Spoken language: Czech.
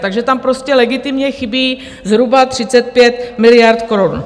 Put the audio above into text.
Takže tam prostě legitimně chybí zhruba 35 miliard korun.